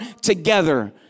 together